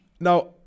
Now